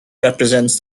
represents